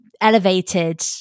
Elevated